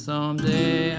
Someday